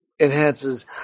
enhances